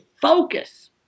focus